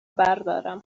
بردارم